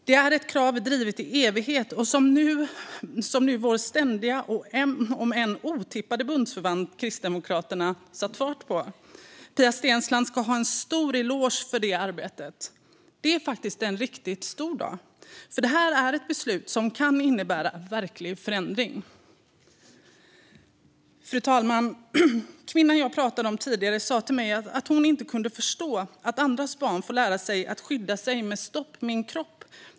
Det är ett krav som har drivits i evighet och som vår ständiga, om än otippade, bundsförvant Kristdemokraterna har satt fart på. Pia Steensland ska ha en stor eloge för det arbetet. Det är faktiskt en riktigt stor dag eftersom det här är ett beslut som kan innebära verklig förändring. Fru talman! Kvinnan jag pratade om tidigare sa till mig att hon inte kunde förstå att andras barn får lära sig att skydda sig med "Stopp! Min kropp!"